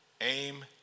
Aim